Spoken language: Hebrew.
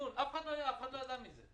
אף אחד לא היה, אף אחד לא ידע על זה.